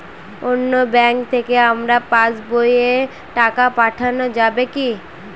অন্য ব্যাঙ্ক থেকে আমার পাশবইয়ে টাকা পাঠানো যাবে কি?